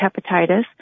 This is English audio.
hepatitis